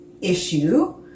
issue